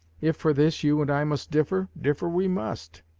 if for this you and i must differ, differ we must.